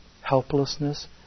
helplessness